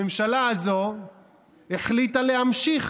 הממשלה הזאת החליטה להמשיך